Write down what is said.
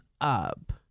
up